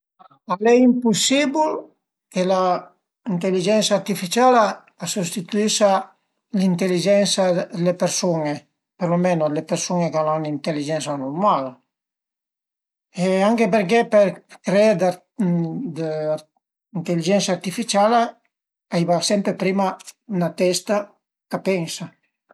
Al e impusibul che la inteligensa artficiala a sostituisa l'inteligensa d'le persun-e, per lo meno d'le persun-e ch'al a ün'inteligensa nurmala e anche perché për creé l'inteligensa artificiala a i va sempre prima 'na testa ch'a pensa